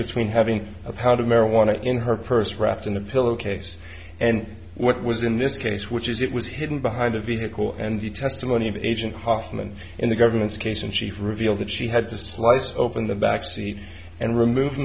between having a powder marijuana in her purse wrapped in a pillow case and what was in this case which is it was hidden behind a vehicle and the testimony of agent hofmann in the government's case in chief revealed that she had to slice open the back seat and remov